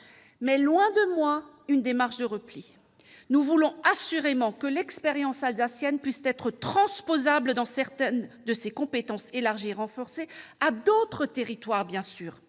Mais loin de moi une démarche de repli ! Nous voulons assurément que l'expérience alsacienne puisse être transposable, pour ce qui concerne certaines de ses compétences élargies et renforcées, à d'autres territoires. Je ne